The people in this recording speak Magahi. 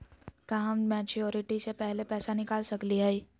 का हम मैच्योरिटी से पहले पैसा निकाल सकली हई?